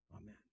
Amen